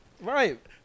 Right